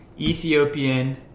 Ethiopian